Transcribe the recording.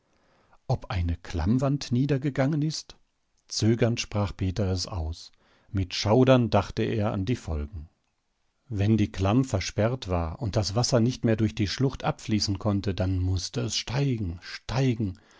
ob eine klammwand niedergegangen ist zögernd sprach peter es aus mit schaudern dachte er an die folgen wenn die klamm versperrt war und das wasser nicht mehr durch die schlucht abfließen konnte dann mußte es steigen steigen